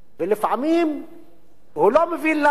ולפעמים הוא לא מבין למה.